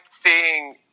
Seeing